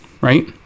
right